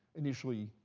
initially,